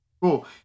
Cool